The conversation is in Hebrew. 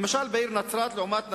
למשל, העיר נצרת לעומת נצרת-עילית,